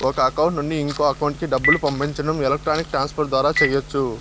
ఒక అకౌంట్ నుండి ఇంకో అకౌంట్ కి డబ్బులు పంపించడం ఎలక్ట్రానిక్ ట్రాన్స్ ఫర్ ద్వారా చెయ్యచ్చు